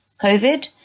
COVID